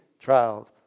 trial